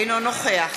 אינו נוכח